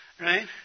Right